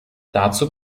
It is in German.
dazu